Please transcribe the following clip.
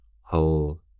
whole